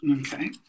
Okay